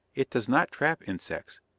it does not trap insects,